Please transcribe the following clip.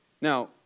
Now